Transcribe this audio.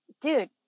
dude